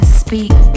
speak